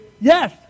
yes